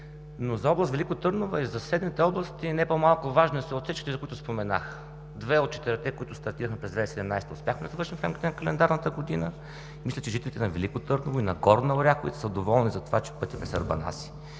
Но за област Велико Търново и за съседните области не по-малко важни са отсечките, за които споменах – две от четирите, които стартирахме през 2017 г., успяхме да завършим в рамките на календарната година. Мисля, че жителите на Велико Търново и на Горна Оряховица са доволни затова, че пътят с Арбанаси